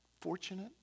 fortunate